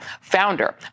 founder